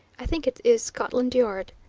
i think it is scotland yard.